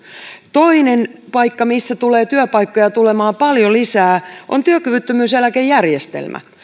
toinen paikka missä tulee työpaikkoja tulemaan paljon lisää on työkyvyttömyyseläkejärjestelmä